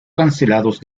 cancelados